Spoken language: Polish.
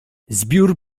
zbiór